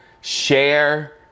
share